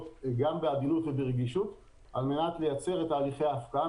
גם בעדינות וברגישות כדי לייצר את הליכי ההפקעה.